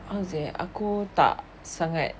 how to say aku tak sangat